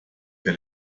für